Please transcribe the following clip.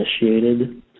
initiated